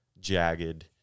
jagged